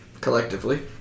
Collectively